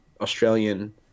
Australian